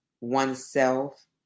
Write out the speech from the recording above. oneself